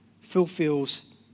fulfills